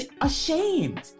ashamed